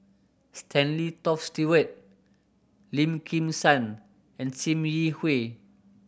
Stanley Toft Stewart Lim Kim San and Sim Yi Hui